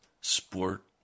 sport